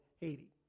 Haiti